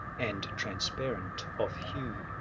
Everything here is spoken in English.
and transparent of hue,